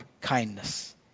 kindness